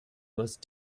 must